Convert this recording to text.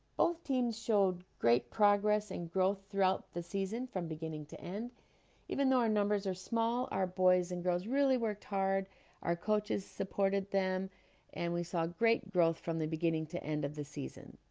both teams showed great progress and growth throughout the season from beginning to end even though our numbers are small our boys and girls really worked hard our coaches supported them and we saw great growth from the beginning to end of the season